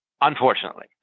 unfortunately